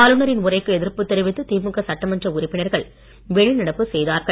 ஆளுநரின் உரைக்கு எதிர்ப்பு தெரிவித்து திமுக சட்டமன்ற உறுப்பினர்கள் வெளிநடப்பு செய்தார்கள்